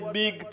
big